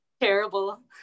terrible